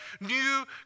new